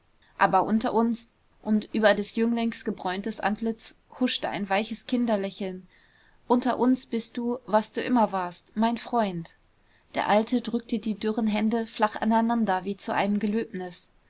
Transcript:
aber unter uns und über des jünglings gebräuntes antlitz huschte ein weiches kinderlächeln unter uns bist du was du immer warst mein freund der alte drückte die dürren hände flach aneinander wie zu einem gelöbnis